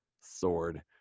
sword